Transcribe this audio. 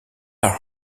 are